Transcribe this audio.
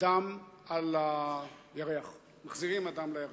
אדם על הירח, מחזירים אדם לירח,